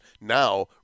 Now